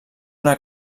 una